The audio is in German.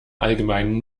allgemeinen